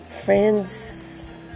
friends